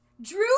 Drew